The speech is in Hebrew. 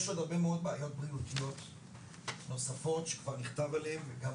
יש עוד הרבה מאוד בעיות נוספות שכבר נכתב עליהן וגם